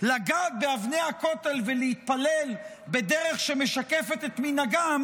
לגעת באבני הכותל ולהתפלל בדרך שמשקפת את מנהגם,